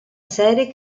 serie